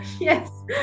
Yes